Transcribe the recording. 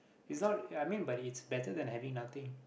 it's not I mean but it's better than having nothing